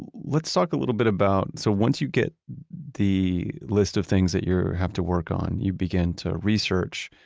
let's talk a little bit about, so once you get the list of things that you're have to work on, you begin to research